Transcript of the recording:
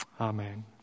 amen